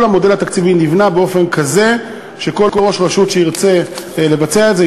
כל המודל התקציבי נבנה באופן כזה שכל ראש רשות שירצה לבצע את זה,